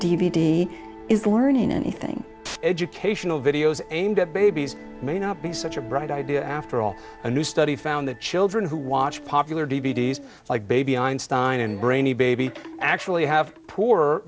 d is learning anything educational videos aimed at babies may not be such a bright idea after all a new study found that children who watch popular d v d s like baby einstein and brainy baby actually have poor